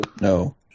No